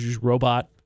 Robot